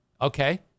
Okay